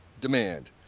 demand